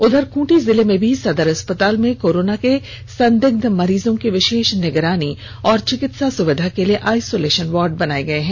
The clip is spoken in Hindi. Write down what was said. उधर खुंटी जिले में भी सदर अस्पताल में कोरोना के संदिग्ध मरीजों की विषेष निगरानी और चिकित्सा सुविधा के लिए आईसोलेषन वार्ड बनाये गये हैं